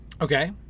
Okay